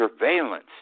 surveillance